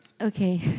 Okay